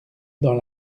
dans